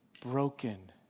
broken